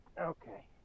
okay